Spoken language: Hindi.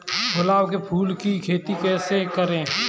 गुलाब के फूल की खेती कैसे करें?